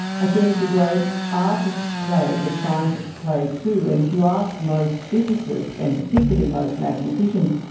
i think the great artists play, but scientists play too. and if you ask most physicists, and particularly most mathematicians,